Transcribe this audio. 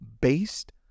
based